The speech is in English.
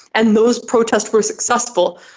and those protests were successful.